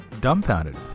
dumbfounded